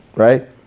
Right